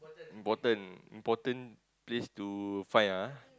important important place to find ah